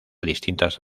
distintas